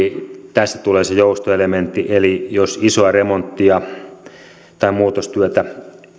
tästä tulee se joustoelementti eli jos isoa remonttia tai muutostyötä